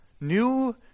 new